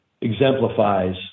exemplifies